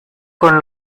con